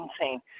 insane